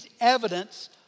evidence